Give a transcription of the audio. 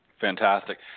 Fantastic